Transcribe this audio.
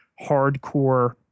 hardcore